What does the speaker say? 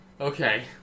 Okay